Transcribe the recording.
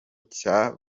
cyari